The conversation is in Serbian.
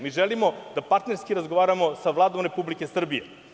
Mi želimo da partnerski razgovaramo sa Vladom Republike Srbije.